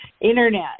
internet